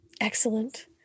excellent